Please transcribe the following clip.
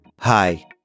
Hi